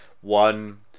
one